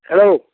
hello